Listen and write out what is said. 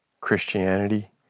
Christianity